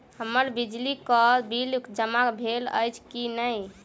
हम्मर बिजली कऽ बिल जमा भेल अछि की नहि?